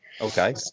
okay